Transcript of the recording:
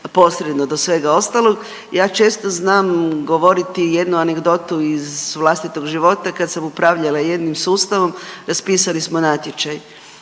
posredno do svega ostalog. Ja često znam govoriti jednu anegdotu iz vlastitog života kad sam upravljala jednim sustavom raspisali smo natječaj.